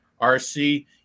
RC